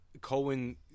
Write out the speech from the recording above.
Cohen